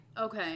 Okay